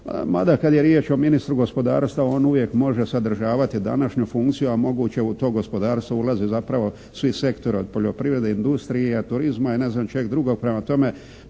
Mada kad je riječ o ministru gospodarstva, on uvijek može sadržavati današnju funkciju, a moguće u to gospodarstvo ulaze zapravo svi sektori od poljoprivrede, industrije, turizma, ja ne znam čeg drugog.